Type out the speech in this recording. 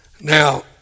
Now